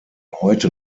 heute